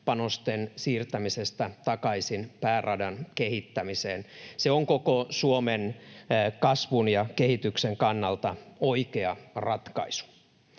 panosten siirtämisestä takaisin pääradan kehittämiseen. Se on koko Suomen kasvun ja kehityksen kannalta oikea ratkaisu.